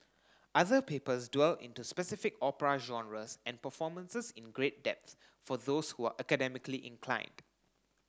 other papers dwell into specific opera genres and performances in great depth for those who are academically inclined